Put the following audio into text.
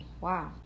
Wow